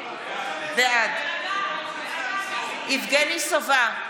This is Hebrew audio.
בעד יבגני סובה,